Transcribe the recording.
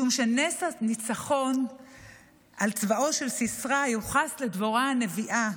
משום שנס הניצחון על צבאו של סיסרא יוחס לדבורה הנביאה,